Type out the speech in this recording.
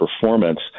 performance